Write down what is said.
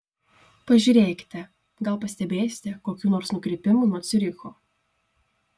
pažiūrėkite gal pastebėsite kokių nors nukrypimų nuo ciuricho